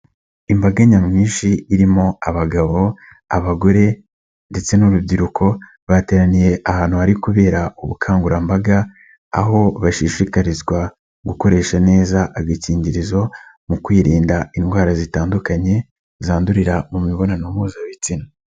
Imbaga nyamwinshi irimo abagabo, abagore ndetse n'urubyiruko, bateraniye ahantu hari kubera ubukangurambaga, aho bashishikarizwa gukoresha neza agakingirizo mu kwirinda indwara zitandukanye, zandurira mu mibonanompuzabitsina.